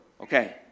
Okay